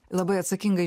labai atsakingai